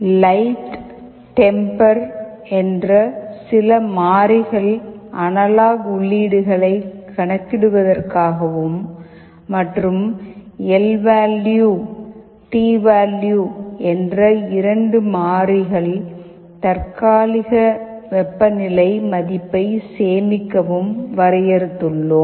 light temper என்ற சில மாறிகள் அனலாக் உள்ளீடுகளை கணக்கிடுவதற்காகவும் மற்றும் எல்வேல்யூ மற்றும் டிவேல்யூ என்ற இரண்டு மாறிகள் தற்காலிக வெப்பநிலை மதிப்பை சேமிக்கவும் வரையறுத்துள்ளோம்